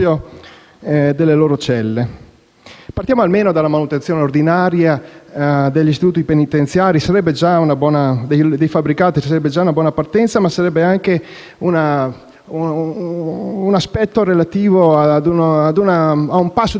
Partiamo almeno dalla manutenzione ordinaria degli istituti penitenziari e dei fabbricati: sarebbe già una buona partenza e costituirebbe un passo di civiltà (uso questo termine).